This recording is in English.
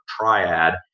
triad